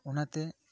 ᱚᱱᱟ ᱛᱮ